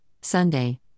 Sunday